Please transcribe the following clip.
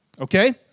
Okay